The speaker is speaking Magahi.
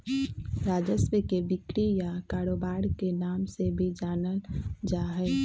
राजस्व के बिक्री या कारोबार के नाम से भी जानल जा हई